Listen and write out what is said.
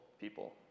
people